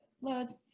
loads